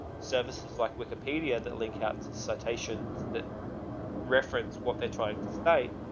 services like wikepedia that lee katz is citations that reference what they're trying to state